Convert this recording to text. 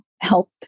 help